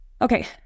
Okay